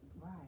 Right